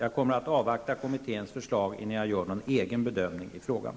Jag kommer att avvakta kommitténs förslag innan jag gör någon egen bedömning i frågan.